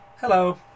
hello